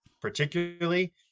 particularly